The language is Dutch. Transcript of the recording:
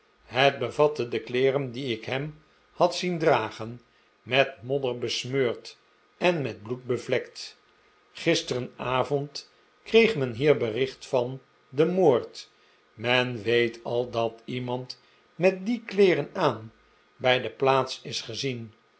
het bevatte de kleeren die ik hem had zien dragen met modder besmeurd en met bloed bevlekt gisterenavond kreeg men hier bericht van den moord men weet al dat iemand met die kleeren aan bij de plaats is gezien